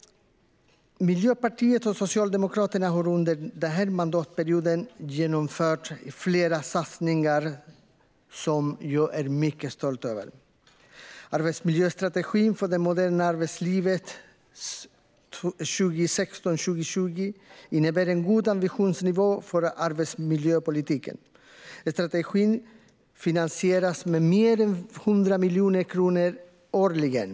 Miljöpartiet och Socialdemokraterna har under den här mandatperioden genomfört flera satsningar som jag är mycket stolt över. Arbetsmiljöstrategin för det moderna arbetslivet för 2016-2020 innebär en god ambitionsnivå för arbetsmiljöpolitiken. Strategin finansieras med mer än 100 miljoner kronor årligen.